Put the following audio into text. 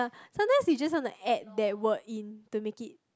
sometimes you just want to add that word in to make it